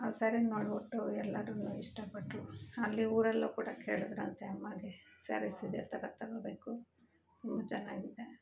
ಆ ಸ್ಯಾರೀನ ನೋಡಿಬಿಟ್ಟು ಎಲ್ಲಾರು ಇಷ್ಟಪಟ್ಟರು ಅಲ್ಲಿ ಊರಲ್ಲು ಕೂಡ ಕೇಳಿದರಂತೆ ಅಮ್ಮಂಗೆ ಸ್ಯಾರೀಸ್ ಇದೇ ಥರ ತಗೊಬೇಕು ಚೆನ್ನಾಗಿದೆ